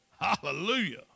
Hallelujah